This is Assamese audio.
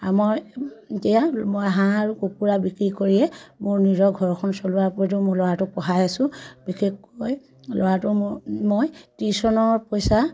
আৰু মই এতিয়া মই হাঁহ আৰু কুকুৰা বিক্ৰী কৰিয়ে মোৰ নিজৰ ঘৰখন চলোৱাৰ উপৰিও মোৰ ল'ৰাটোক পঢ়াই আছোঁ বিশেষকৈ ল'ৰাটোৰ মোৰ মই টিউশ্যনৰ পইচা